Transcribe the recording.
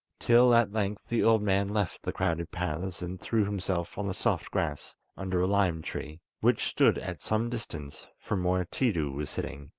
till at length the old man left the crowded paths, and threw himself on the soft grass under a lime tree, which stood at some distance from where tiidu was sitting.